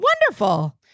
Wonderful